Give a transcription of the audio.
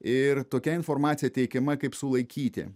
ir tokia informacija teikiama kaip sulaikyti